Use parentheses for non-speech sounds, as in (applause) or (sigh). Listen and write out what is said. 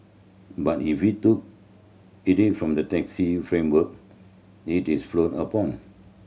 but if we (unintelligible) from the taxi framework it is frowned upon